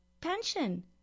pension